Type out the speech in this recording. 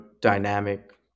dynamic